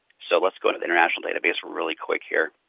so let's go to the international database really quick here.